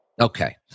Okay